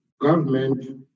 government